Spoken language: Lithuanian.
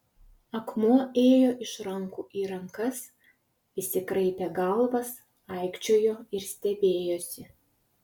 akmuo ėjo iš rankų į rankas visi kraipė galvas aikčiojo ir stebėjosi